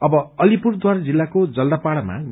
अब अलिपुरद्वारा जिल्लाको जलदापाड़ाामा ग